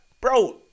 Bro